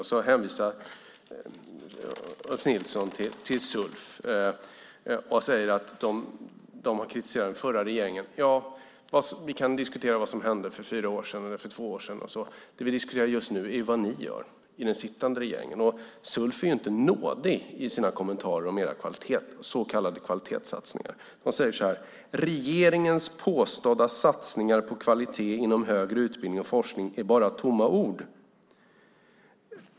Ulf Nilsson hänvisar till Sulf och säger att de har kritiserat den förra regeringen. Vi kan diskutera vad som hände för fyra år sedan eller för två år sedan. Just nu diskuterar vi vad den sittande regeringen gör. Sulf är inte nådig i sina kommentarer om era så kallade kvalitetssatsningar. De säger så här: Regeringens påstådda satsningar på kvalitet inom högre utbildning och forskning är bara tomma ord.